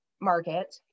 market